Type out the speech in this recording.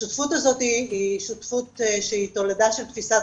השותפות הזאת היא שותפות שהיא תולדה של תפיסת